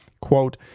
quote